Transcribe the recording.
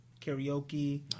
karaoke